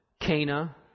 Cana